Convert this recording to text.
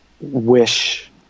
wish